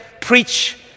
preach